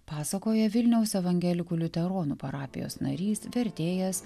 pasakoja vilniaus evangelikų liuteronų parapijos narys vertėjas